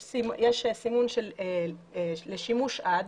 יש סימון של לשימוש עד,